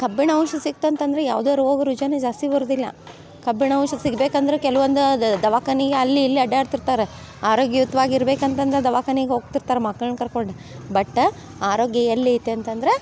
ಕಬ್ಬಿಣ ಅಂಶ ಸಿಗ್ತು ಅಂತ ಅಂದ್ರೆ ಯಾವುದೇ ರೋಗ ರುಜಿನ ಜಾಸ್ತಿ ಬರುವುದಿಲ್ಲ ಕಬ್ಬಿಣ ಅಂಶ ಸಿಗ್ಬೇಕಂದ್ರೆ ಕೆಲ್ವೊಂದ ದ ದವಾಖಾನೆಗ್ ಅಲ್ಲಿ ಇಲ್ಲಿ ಅಡ್ಡಾಡ್ತಿರ್ತಾರ ಆರೋಗ್ಯಯುತ್ವಾಗಿ ಇರ್ಬೇಕಂತಂದು ದವಾಖಾನೆಗ್ ಹೋಗಿರ್ತಾರೆ ಮಕ್ಕಳ್ನ ಕರ್ಕೊಂಡು ಬಟ್ಟ ಆರೋಗ್ಯ ಎಲ್ಲೈತಿ ಅಂತಂದ್ರೆ